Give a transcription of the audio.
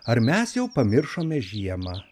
ar mes jau pamiršome žiemą